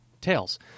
tails